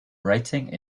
writing